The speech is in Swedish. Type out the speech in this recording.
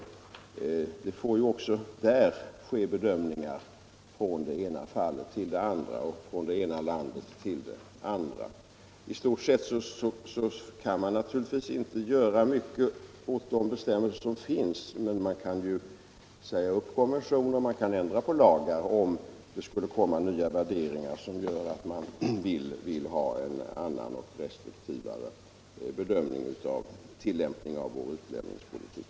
Även där får det göras bedömningar från fall till fall och från det ena landet till det andra. I stort sett kan man inte göra mycket åt de bestämmelser som finns, men man kan säga upp konventioner och ändra på lagar, om det skulle komma nya värderingar som gör att man vill ha en annan och mera restriktiv bedömning av tillämpningen av vår utlämningspolitik.